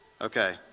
Okay